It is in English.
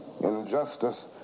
injustice